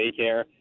daycare